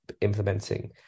implementing